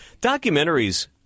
Documentaries